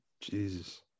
Jesus